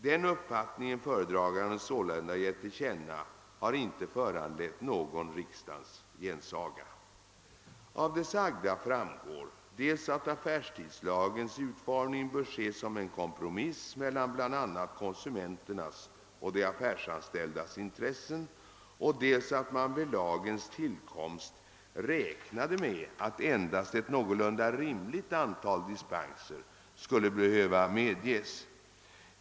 Den uppfattning föredraganden sålunda gett till känna har inte föranlett någon riksdagens gensaga. Av det sagda framgår dels att affärstidslagens utformning bör ses som en kompromiss mellan bl.a. konsumenternas och de affärsanställdas intressen, dels att man vid lagens tillkomst räknade med att endast ett någorlunda rimligt antal dispenser skulle behöva medges.